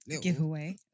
Giveaway